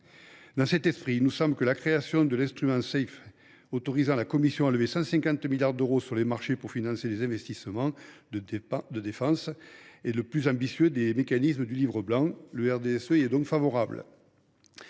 Dans cet esprit, il nous semble que la création de l’instrument Safe, qui autorise la Commission à lever 150 milliards d’euros sur les marchés pour financer les investissements de défense, est le plus ambitieux des mécanismes du livre blanc. Le groupe du RDSE